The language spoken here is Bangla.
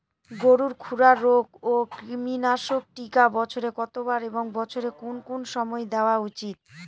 গরুর খুরা রোগ ও কৃমিনাশক টিকা বছরে কতবার এবং বছরের কোন কোন সময় দেওয়া উচিৎ?